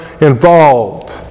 involved